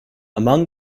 among